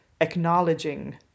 acknowledging